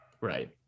Right